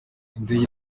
indege